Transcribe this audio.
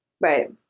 Right